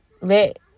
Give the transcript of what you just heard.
let